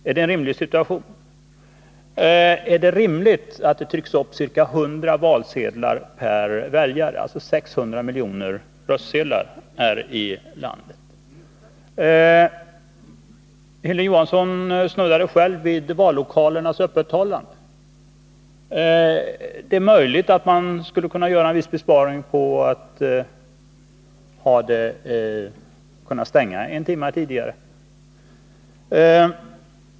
Är det rimligt att det trycks upp ca 100 valsedlar per väljare här i landet, alltså 600 miljoner röstsedlar? Hilding Johansson snuddade själv vid vallokalernas öppethållande. Det är möjligt att man skulle kunna göra en viss besparing genom att stänga dem en timme tidigare.